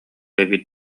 эбит